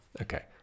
Okay